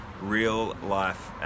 real-life